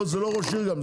זה לא ראש עיר גם,